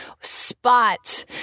spot